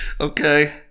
Okay